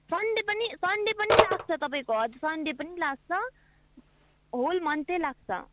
Sunday पनि Sunday पनि लाग्छ तपाईँको हजुर सन्डे पनि लाग्छ होल मन्थै लाग्छ